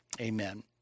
amen